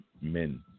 Men